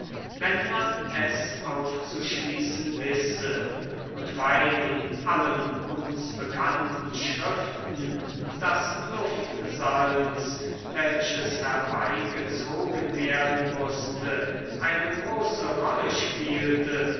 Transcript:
wenn man es aufzuschließen wisse und weil in allen uns bekannten schriften das luftsalz welches herbeigezogen werden mußte eine große rolle spielte